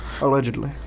Allegedly